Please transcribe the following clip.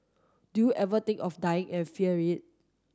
do you ever think of dying and fear it